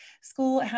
school